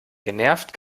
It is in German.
genervt